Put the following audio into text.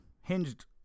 hinged